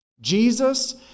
Jesus